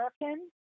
american